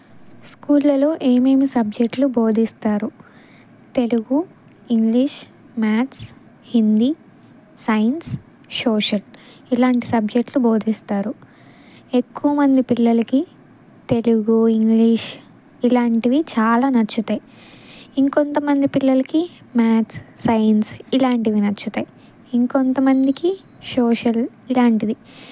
స్కూళ్ళలో ఏమేమి సబ్జెక్ట్లు బోధిస్తారు Telugu English maths Hindi science social ఇలాంటి సబ్జెక్ట్లు బోధిస్తారు ఎక్కువమంది పిల్లలకి తెలుగు ఇంగ్లీష్ ఇలాంటివి చాలా నచ్చుతాయి ఇంకొందమంది పిల్లలకి మ్యాథ్స్ సైన్స్ ఇలాంటివి నచ్చుతాయి ఇంకొందమందికి సోషల్ ఇలాంటివి